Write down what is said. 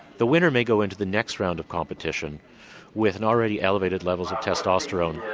the winner may go into the next round of competition with already elevated levels of testosterone,